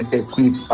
equip